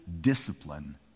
discipline